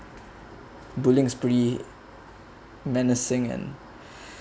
bullying is pretty menacing and